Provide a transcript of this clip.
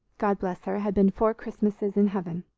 god bless her, had been four christmases in heaven.